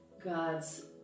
God's